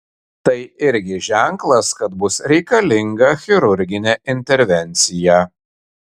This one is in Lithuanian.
tai irgi ženklas kad bus reikalinga chirurginė intervencija